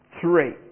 Three